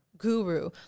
guru